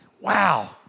wow